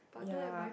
ya